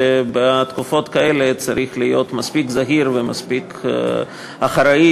בתקופות כאלה צריך להיות מספיק זהיר ומספיק אחראי.